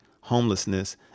homelessness